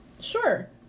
Sure